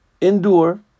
endure